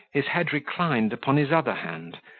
his head reclined upon his other hand,